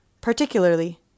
Particularly